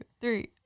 three